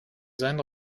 seinen